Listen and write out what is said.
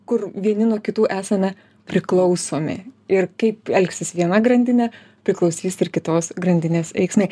kur vieni nuo kitų esame priklausomi ir kaip elgsis viena grandinė priklausys ir kitos grandinės veiksmai